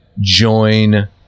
Join